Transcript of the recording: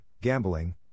gambling